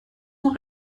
noch